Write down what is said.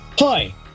Hi